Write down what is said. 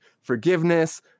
forgiveness